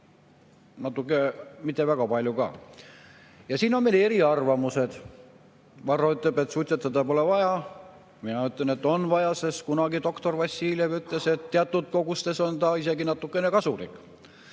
aga natuke, mitte väga palju. Ja siin on meil eriarvamused: Varro ütleb, et suitsetada pole vaja, mina ütlen, et on vaja, sest kunagi doktor Vassiljev ütles, et teatud kogustes on see isegi natukene kasulik.